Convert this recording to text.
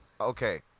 Okay